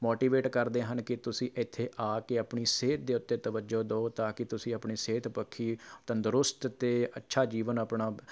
motivate ਕਰਦੇ ਹਨ ਕਿ ਤੁਸੀਂ ਇੱਥੇ ਆ ਕੇ ਆਪਣੀ ਸਿਹਤ ਦੇ ਉੱਤੇ ਤਵੱਜੋ ਦਿਉ ਤਾਂਕਿ ਤੁਸੀਂ ਆਪਣੀ ਸਿਹਤ ਪੱਖੀ ਤੰਦਰੁਸਤ ਅਤੇ ਅੱਛਾ ਜੀਵਨ ਆਪਣਾ